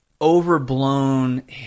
overblown